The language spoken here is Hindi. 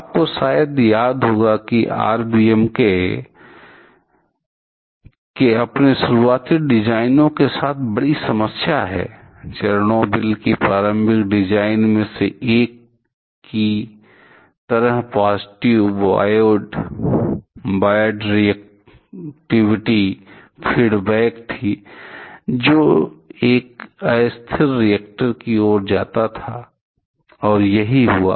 आपको शायद याद होगा कि आरबीएम के अपने शुरुआती डिजाइनों के साथ एक बड़ी समस्या है चेरनोबिल कि प्रारंभिक डिजाइन में से एक की तरह पॉजिटिव वोयड रेअक्टिविटी फीडबैक थी जो एक अस्थिर रिएक्टर की ओर जाता है और यही हुआ